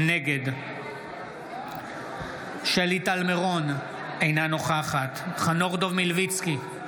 נגד שלי טל מירון, אינה נוכחת חנוך דב מלביצקי,